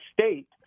state